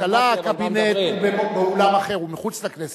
הממשלה, הקבינט, באולם אחר, מחוץ לכנסת.